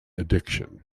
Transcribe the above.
addiction